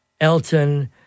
Elton